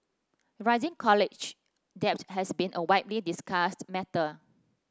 rising college debt has been a widely discussed matter